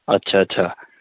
अच्छा अच्छा